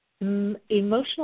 emotional